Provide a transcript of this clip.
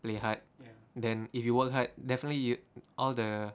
play hard then if you work hard definitely yo~ all the